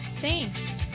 Thanks